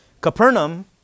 Capernaum